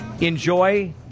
Enjoy